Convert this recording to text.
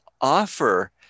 offer